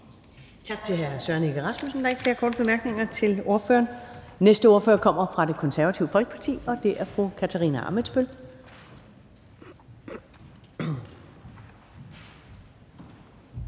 Tak til hr. Søren Egge Rasmussen, der ikke flere korte bemærkninger til ordføreren. Næste ordfører kommer fra Det Konservative Folkeparti, og det er fru Katarina Ammitzbøll.